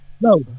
No